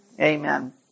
Amen